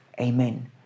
Amen